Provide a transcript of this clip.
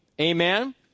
Amen